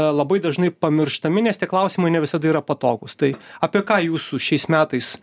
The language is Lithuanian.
labai dažnai pamirštami nes tie klausimai ne visada yra patogūs tai apie ką jūsų šiais metais